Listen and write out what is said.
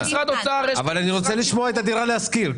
אני רוצה לשמוע את דירה להשכיר.